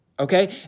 Okay